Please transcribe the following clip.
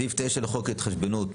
סעיף 9 לחוק ההתחשבנות,